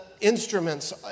instruments